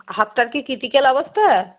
হাতটার কি ক্রিটিকাল অবস্থা